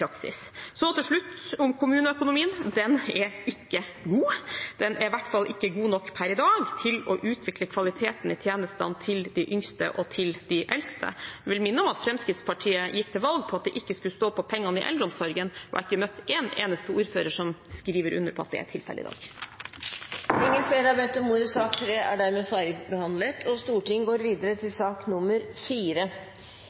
praksis. Så til slutt om kommuneøkonomien: Den er ikke god. Den er i hvert fall ikke god nok per i dag til å utvikle kvaliteten i tjenestene til de yngste og de eldste. Jeg vil minne om at Fremskrittspartiet gikk til valg på at det ikke skulle stå på penger i eldreomsorgen. Jeg har ikke møtt en enste ordfører som skriver under på at det er tilfellet i dag. Flere har ikke bedt om ordet til sak nr. 3. Ingen har bedt om ordet. Etter ønske fra kommunal- og